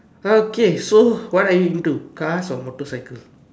okay so what are you into cars or motorcycles